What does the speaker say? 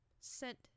sent